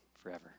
forever